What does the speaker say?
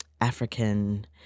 African